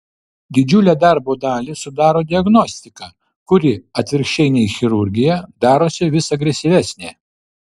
didžiulę darbo dalį sudaro diagnostika kuri atvirkščiai nei chirurgija darosi vis agresyvesnė